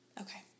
Okay